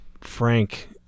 Frank